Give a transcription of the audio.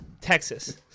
Texas